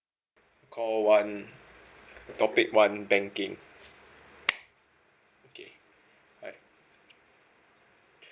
call one topic one banking okay right